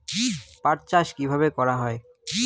পাট চাষ কীভাবে করা হয়?